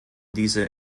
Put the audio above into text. diese